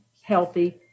healthy